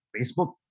Facebook